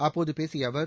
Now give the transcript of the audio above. அப்போது பேசிய அவர்